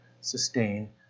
sustain